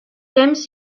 temps